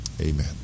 Amen